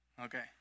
Okay